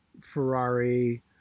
Ferrari